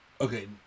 Okay